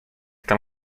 tam